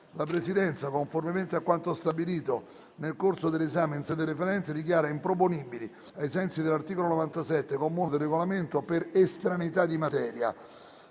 La Presidenza, conformemente a quanto stabilito nel corso dell'esame in sede referente, dichiara improponibili, ai sensi dell'articolo 97, comma 1, del Regolamento, per estraneità di materia